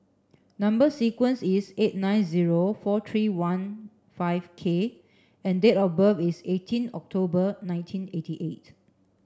number sequence is eight nine zero four three one five K and date of birth is eighteen October nineteen eighty eight